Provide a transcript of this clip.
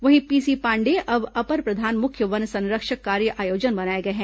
वहीं पीसी पांडेय अब अपर प्रधान मुख्य वन संरक्षक कार्य आयोजन बनाए गए हैं